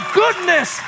goodness